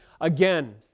Again